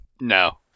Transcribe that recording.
No